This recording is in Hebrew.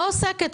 לא עוסקת.